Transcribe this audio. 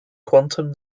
quantum